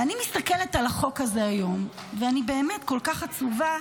ואני מסתכלת על החוק הזה היום ואני באמת כל כך עצובה,